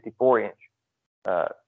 54-inch